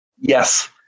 Yes